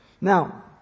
now